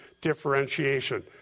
differentiation